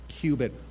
cubit